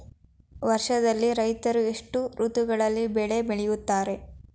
ವರ್ಷದಲ್ಲಿ ರೈತರು ಎಷ್ಟು ಋತುಗಳಲ್ಲಿ ಬೆಳೆ ಬೆಳೆಯುತ್ತಾರೆ?